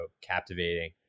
captivating